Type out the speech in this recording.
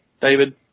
David